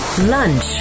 lunch